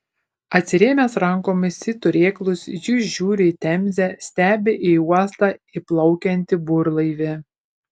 atsirėmęs rankomis į turėklus jis žiūri į temzę stebi į uostą įplaukiantį burlaivį